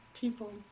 people